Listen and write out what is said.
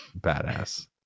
badass